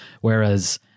Whereas